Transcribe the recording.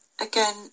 Again